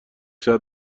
ساعت